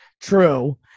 True